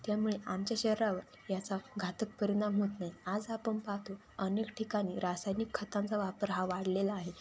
त्यामुळे आमच्या शरीरावर याचा घातक परिणाम होत नाही आज आपण पाहतो अनेक ठिकाणी रासायनिक खतांचा वापर हा वाढलेला आहे